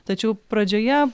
tačiau pradžioje